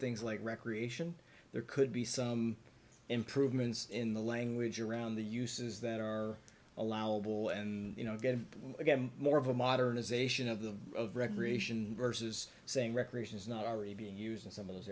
things like recreation there could be some improvements in the language around the uses that are allowable and you know we're getting more of a modernization of them of recreation versus saying recreations not already being used in some of those